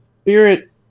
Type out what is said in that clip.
spirit